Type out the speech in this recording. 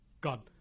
God